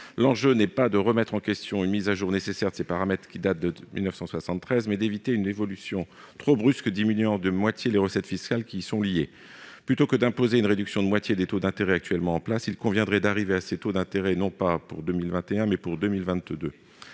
L'enjeu est non pas de remettre en question une mise à jour nécessaire de ces paramètres qui datent de 1973, mais d'éviter une évolution trop brusque qui diminuerait de moitié les recettes fiscales qui y sont liées. Plutôt que d'imposer une réduction de moitié des taux d'intérêt actuellement en place, il conviendrait d'arriver à ces taux d'intérêt non pas pour 2021, mais pour 2022.